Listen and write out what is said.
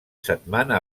setmana